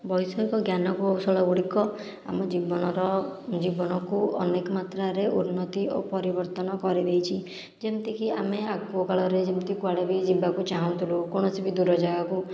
ବୈଷୟିକ ଜ୍ଞାନକୌଶଳ ଗୁଡ଼ିକ ଆମ ଜୀବନର ଜୀବନକୁ ଅନେକ ମାତ୍ରାରେ ଉନ୍ନତି ଓ ପରିବର୍ତ୍ତନ କରିଦେଇଛି ଯେମିତିକି ଆମେ ଆଗକାଳରେ ଯେମିତି କୁଆଡ଼େ ବି ଯିବାକୁ ଚାହୁଁଥିଲୁ କୌଣସି ବି ଦୂର ଜାଗାକୁ